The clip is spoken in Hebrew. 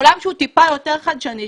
עולם שהוא טיפה יותר חדשני,